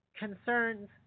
concerns